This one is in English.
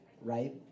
right